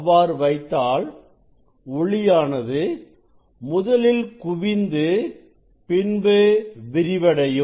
அவ்வாறு வைத்தால் ஒளியானது முதலில் குவிந்து பின்பு விரிவடையும்